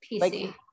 PC